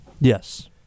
Yes